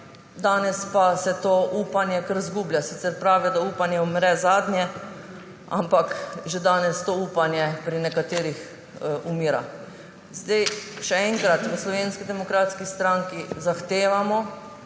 Danes pa se to upanje kar izgublja. Sicer pravijo, da upanje umre zadnje, ampak že danes to upanje pri nekaterih umira. Še enkrat. V Slovenski demokratski stranki zahtevamo,